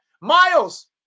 Miles